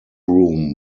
room